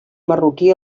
marroquí